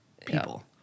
people